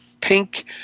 Pink